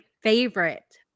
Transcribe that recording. favorite